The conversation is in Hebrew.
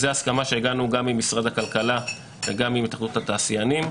זו ההסכמה שהגענו גם עם משרד הכלכלה וגם עם התאחדות התעשיינים.